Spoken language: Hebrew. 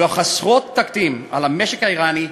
וחסרות תקדים על המשק האיראני,